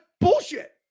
bullshit